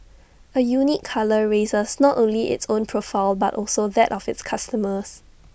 A unique colour raises not only its own profile but also that of its customers